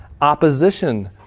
opposition